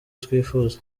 twifuza